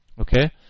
Okay